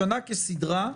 בשנה כסדרה,